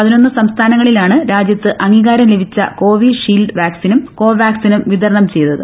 പതിനൊന്ന് സംസ്ഥാനങ്ങളിലാണ് രാജ്യത്ത് അംഗീകാരം ലഭിച്ച കോവിഷീൽഡ് വാക്സിനും കോവാക്സിനും വിതരണം ചെയ്തത്